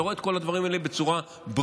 אתה רואה את כל הדברים האלה בצורה ברורה.